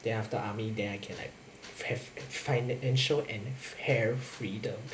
then after army then I can like have financial and hair freedom